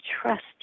trust